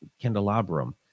candelabrum